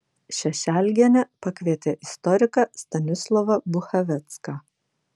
šešelgienė pakvietė istoriką stanislovą buchavecką